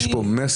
יש פה מסר.